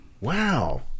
Wow